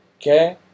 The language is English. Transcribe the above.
Okay